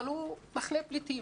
אבל הוא מחנה פליטים.